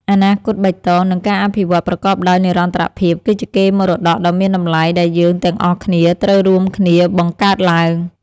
អនាគតបៃតង និងការអភិវឌ្ឍប្រកបដោយនិរន្តរភាពគឺជាកេរមរតកដ៏មានតម្លៃដែលយើងទាំងអស់គ្នាត្រូវរួមគ្នាបង្កើតឡើង។